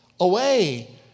away